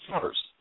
first